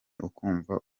ukumva